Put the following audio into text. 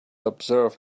observe